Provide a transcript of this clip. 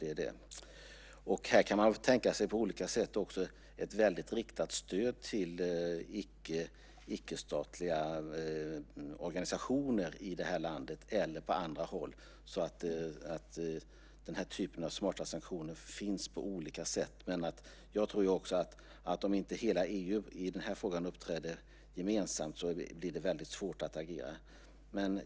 Man kan tänka sig detta på olika sätt, till exempel ett riktat stöd till icke-statliga organisationer i landet eller på andra håll. Den här typen av smarta sanktioner kan alltså ske på olika sätt. Men jag tror att det blir svårt att agera om inte hela EU uppträder gemensamt i frågan.